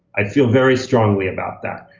i feel very strongly about that.